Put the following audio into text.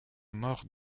mort